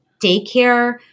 daycare